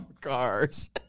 Cars